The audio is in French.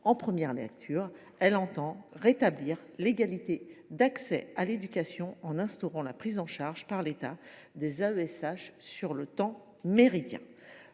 en première lecture. Elle a pour objet de rétablir l’égalité d’accès à l’éducation en instaurant la prise en charge par l’État des AESH sur le temps méridien.